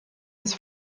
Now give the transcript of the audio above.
das